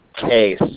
case